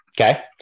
okay